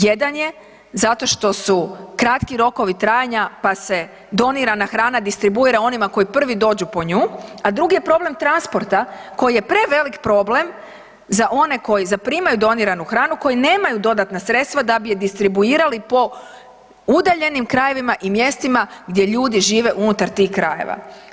Jedan je zato što su kratki rokovi trajanja pa se donirana hrana distribuira onima koji prvi dođu po nju, a drugi je problem transporta koji je prevelik problem za one koji zaprimaju doniranu hranu koji nemaju dodatna sredstva da bi ju distribuirali po udaljenim krajevima i mjestima gdje ljudi žive unutar tih krajeva.